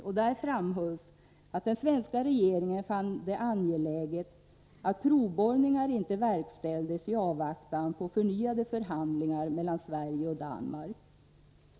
I den framhölls att den svenska regeringen fann det angeläget att provborrningar inte verkställdes i avvaktan på förnyade förhandlingar mellan Sverige och Danmark.